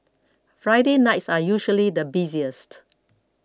Friday nights are usually the busiest